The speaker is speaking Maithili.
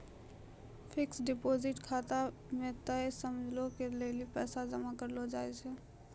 फिक्स्ड डिपॉजिट खाता मे तय समयो के लेली पैसा जमा करलो जाय छै